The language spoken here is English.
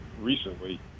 recently